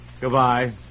goodbye